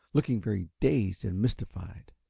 looking very dazed and mystified.